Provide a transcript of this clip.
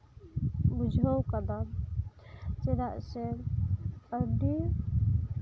ᱵᱩᱡᱷᱟᱹᱣ ᱟᱠᱟᱫᱟ ᱪᱮᱫᱟᱜ ᱥᱮ ᱟᱹᱰᱤ